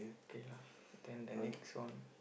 okay lah then the next one